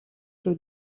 шүү